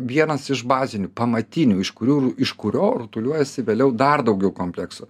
vienas iš bazinių pamatinių iš kurių iš kurio rutuliojasi vėliau dar daugiau kompleksų